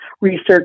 research